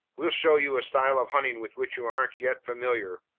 we'll show you a style of hunting with which you aren't yet familiar.